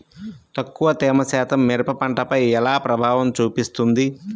తక్కువ తేమ శాతం మిరప పంటపై ఎలా ప్రభావం చూపిస్తుంది?